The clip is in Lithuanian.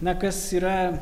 na kas yra